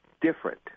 different